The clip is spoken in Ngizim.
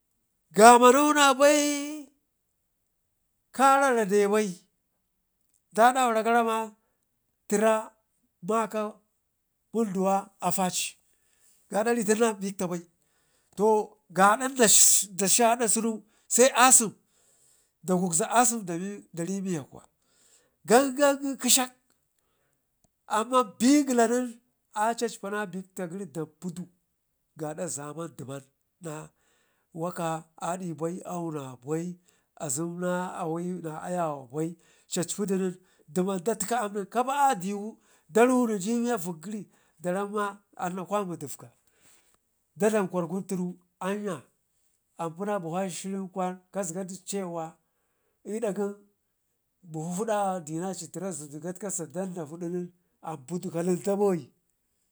gamano nabai karara debai da ɗaura gara ma təra maka mu nduwa afaci gaada ritun na bikta bai to gaada da shii aɗa sunu se a sem da gugza asem dari miyakuwa ƙanƙan ƙəshak, amman bigəla nen a cacpana bikta gəri dan pidu gaada zaman diman na waka adii bai auu na bai azem na awai na ayawa bai cacpidu nen diman datki aam nen kapa a diwu darunidi miya vik gəri daramma anna kwami diuga, da dlam kwargun tunu anya apina bufaci shi rin kwan kasgadu cewa l'dan gen bufu fudu a denaci da təra zudu, gat kasa, dandafudu nen ampudu kalentebai.